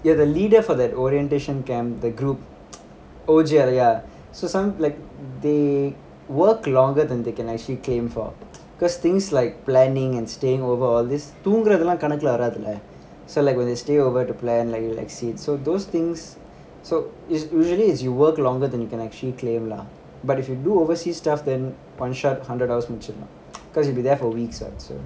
you are the leader for that orientation camp the group O_G_L ya so some like they work longer than they can actually claim for cause things like planning and staying over all these தூங்கறதுலாம்கணக்குலவராதுல:dhoongaradhulam kanakkula varadhula so like when they stay over to plan lik~ like seats so those things so is usually is you work longer than you can actually claim lah but if you do overseas stuff then one shot hundred dollars முடிச்சிடலாம்:mudichidalam cause you'll be there for weeks [what]